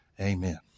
amen